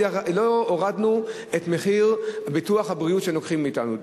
הורדנו את מחיר ביטוח הבריאות שלוקחים מאתנו.